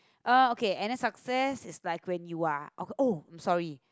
uh okay and then success is like when you are ok~ oh I'm sorry